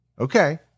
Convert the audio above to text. Okay